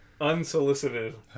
unsolicited